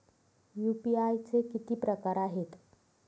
UPI चे किती प्रकार आहेत?